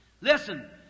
Listen